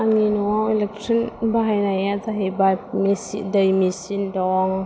आंनि न'आव इलेक्ट्रिक बाहायनाया जाहैबाय मेशि दै मेशिन दं